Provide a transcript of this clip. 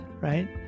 right